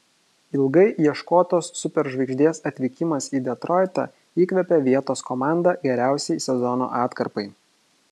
ilgai ieškotos superžvaigždės atvykimas į detroitą įkvėpė vietos komandą geriausiai sezono atkarpai